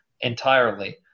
entirely